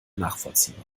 nachvollziehbar